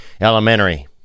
elementary